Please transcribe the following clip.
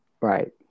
Right